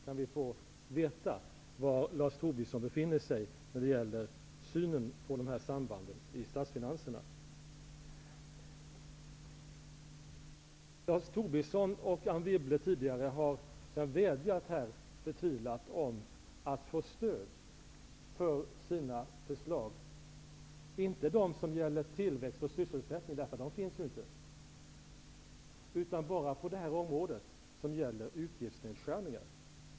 Kan vi få veta var Lars Tobisson befinner sig och hans syn på dessa samband i statsfinanserna? Lars Tobisson och tidigare Anne Wibble har här förtvivlat vädjat om att få stöd för sina förslag -- inte dem som gäller tillväxt och sysselsättning, de finns ju inte, utan enbart dem som gäller detta område, nämligen utgiftsnedskärningar.